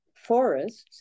forests